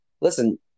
listen